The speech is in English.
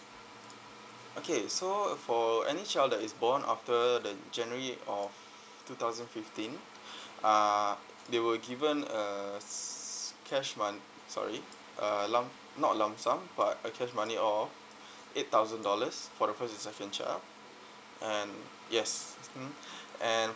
okay so for any child that is born after the january of two thousand fifteen uh they were given a s~ cash mon~ sorry uh lump not lump sum but a cash money of eight thousand dollars for the first and second child and yes mmhmm and